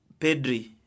Pedri